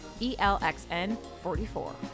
ELXN44